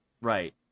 Right